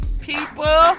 people